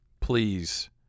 please